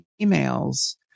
emails